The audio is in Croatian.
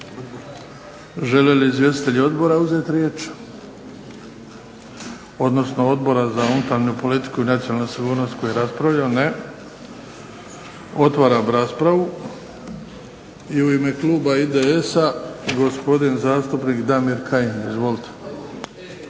Žele li izvjestitelji odbora uzeti riječ, odnosno Odbora za unutarnju politiku i nacionalnu sigurnost koji je raspravljao? Ne. Otvaram raspravu. I u ime kluba IDS-a gospodin zastupnik Damir Kajin, izvolite.